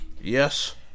Yes